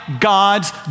God's